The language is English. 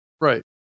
Right